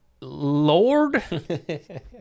Lord